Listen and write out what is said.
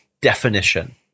definition